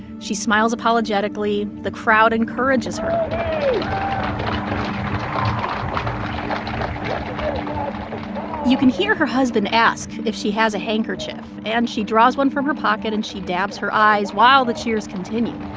she smiles apologetically. the crowd encourages her um you can hear her husband ask if she has a handkerchief. and she draws one from her pocket, and she dabs her eyes while the cheers continue